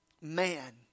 man